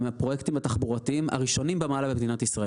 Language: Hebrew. הם הפרויקטים התחבורתיים הראשונים במעלה במדינת ישראל.